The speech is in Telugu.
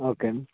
ఓకే అండి